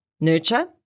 Nurture